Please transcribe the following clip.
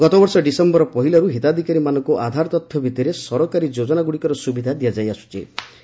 ଗତବର୍ଷ ଡିସେମ୍ବର ପହିଲାରୁ ହିତାଧିକାରୀମାନଙ୍କୁ ଆଧାର ତଥ୍ୟ ଭିତ୍ତିରେ ସରକାରୀ ଯୋଜନାଗୁଡ଼ିକର ସୁବିଧା ଦିଆଯାଇ ଆସ୍କ୍ଥି